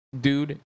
Dude